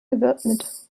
gewidmet